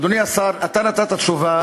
אדוני השר, נתת תשובה